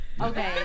Okay